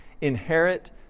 inherit